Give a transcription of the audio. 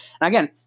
again